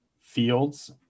Fields